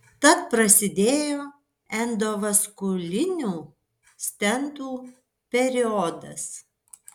tad prasidėjo endovaskulinių stentų periodas